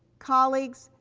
colleagues,